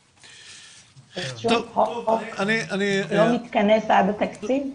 שום חוק לא מתכנס עד התקציב?